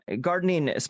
gardening